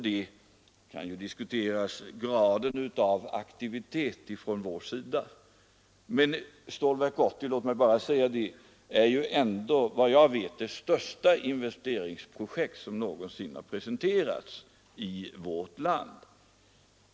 Man kan ju diskutera graden av aktivitet från vår sida, men Stålverk 80 — låt mig bara säga det — är såvitt jag vet det största investeringsprojekt som någonsin har presenterats i vårt land.